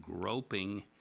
groping